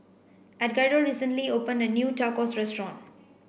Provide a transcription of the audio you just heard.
Edgardo recently opened a new Tacos restaurant